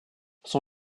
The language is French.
son